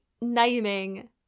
naming